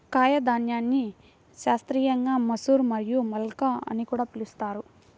కాయధాన్యాన్ని శాస్త్రీయంగా మసూర్ మరియు మల్కా అని కూడా పిలుస్తారు